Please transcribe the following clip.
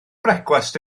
brecwast